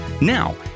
Now